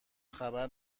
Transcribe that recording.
خبر